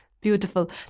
beautiful